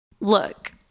Look